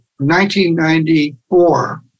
1994